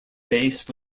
base